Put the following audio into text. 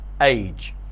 Age